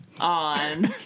on